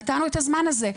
נתנו את הזמן הזה.